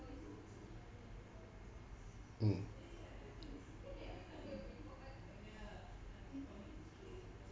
mm